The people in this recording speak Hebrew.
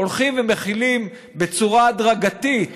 הולכים ומחילים בצורה הדרגתית